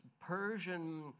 Persian